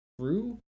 true